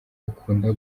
ukunda